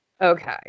Okay